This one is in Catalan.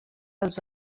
els